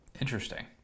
Interesting